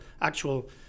actual